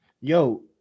yo